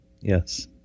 Yes